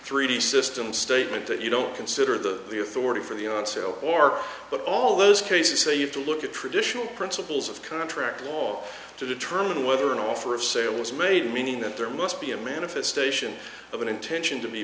the system statement that you don't consider the the authority for the on sale or but all those cases so you've to look at traditional principles of contract all to determine whether an offer of sales made meaning that there must be a manifestation of an intention to be